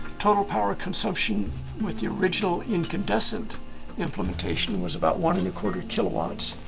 total power consumption with the original incandescent implementation was about one and a quarter kilowatts.